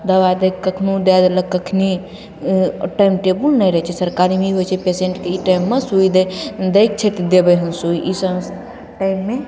दवा दैके कखनहु दै देलक कखनी ओ टाइम टेबुल नहि रहै छै सरकारीमे ई होइ छै पेशेन्टके ई टाइममे सुइ दैके छै तऽ देबै हम सुइ ईसब टाइममे